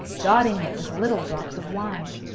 dotting it with little drops of wine.